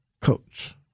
coach